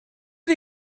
did